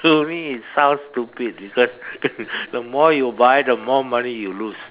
to me it sounds stupid because the more you buy the more money you lose